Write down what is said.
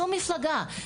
שום מפלגה,